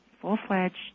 full-fledged